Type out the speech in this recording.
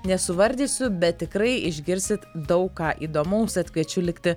nesuvardysiu bet tikrai išgirsit daug ką įdomaus tad kviečiu likti